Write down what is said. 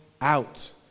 out